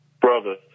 Brother